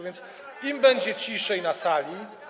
Więc im będzie ciszej na sali.